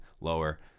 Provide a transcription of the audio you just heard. lower